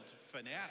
fanatic